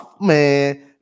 man